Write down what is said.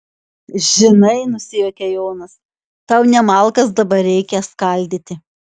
žinai nusijuokia jonas tau ne malkas dabar reikia skaldyti